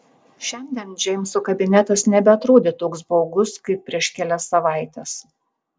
šiandien džeimso kabinetas nebeatrodė toks baugus kaip prieš kelias savaites